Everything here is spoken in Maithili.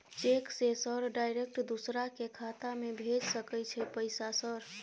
चेक से सर डायरेक्ट दूसरा के खाता में भेज सके छै पैसा सर?